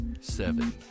Seven